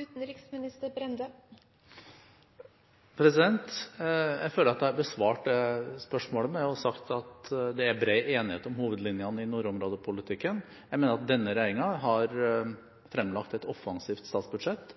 Utenriksdepartementet? Jeg føler at jeg har besvart spørsmålet ved å si at det er bred enighet om hovedlinjene i nordområdepolitikken. Jeg mener at denne regjeringen har fremlagt et offensivt statsbudsjett.